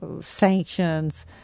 sanctions